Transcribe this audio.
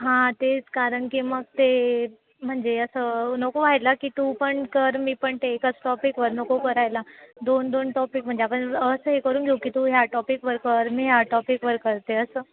हां तेच कारण की मग ते म्हणजे असं नको व्हायला की तू पण कर मी पण ते एकच टॉपिकवर नको करायला दोन दोन टॉपिक म्हणजे आपण असं हे करून घेऊ की तू ह्या टॉपिकवर कर मी ह्या टॉपिकवर करते असं